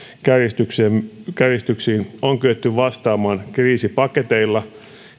kärjistyksiin kärjistyksiin on kyetty vastaamaan kriisipaketeilla